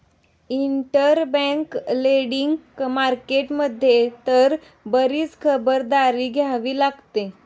interbank lending market मध्ये तर बरीच खबरदारी घ्यावी लागते